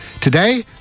Today